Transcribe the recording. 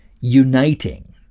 uniting